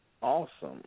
Awesome